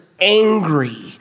angry